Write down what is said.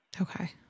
Okay